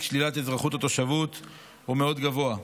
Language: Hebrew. שלילת אזרחות או תושבות הוא מאוד גבוה,